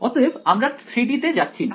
অতএব আমরা 3 D তে যাচ্ছি না